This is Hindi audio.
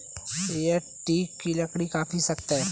यह टीक की लकड़ी काफी सख्त है